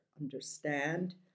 understand